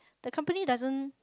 the company doesn't